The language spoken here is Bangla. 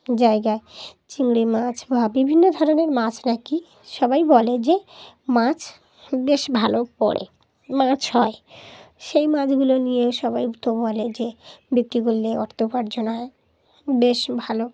জায়গায় চিংড়ি মাছ বা বিভিন্ন ধরনের মাছ নাকি সবাই বলে যে মাছ বেশ ভালো পড়ে মাছ হয় সেই মাছগুলো নিয়ে সবাই তো বলে যে বিক্রি করলে অর্থ উপার্জন হয় বেশ ভালো